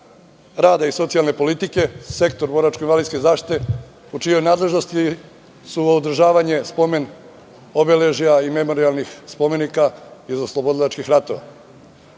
rada i socijalne politike, Sektor boračko-invalidske zaštite, u čijoj nadležnosti su održavanje spomen obeležja i memorijalnih spomenika iz oslobodilačkih ratova.